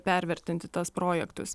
pervertinti tas projektus